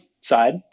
side